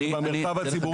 זה במרחב הציבורי.